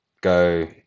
go